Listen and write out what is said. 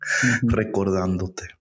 Recordándote